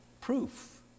Proof